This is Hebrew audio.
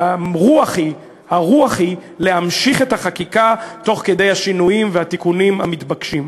והרוח היא להמשיך את החקיקה תוך כדי הכנסת השינויים והתיקונים המתבקשים.